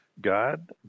God